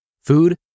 Food